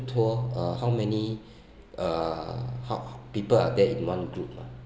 tour uh how many uh how people are there in one group ah